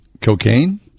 cocaine